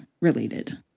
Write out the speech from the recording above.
related